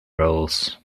roles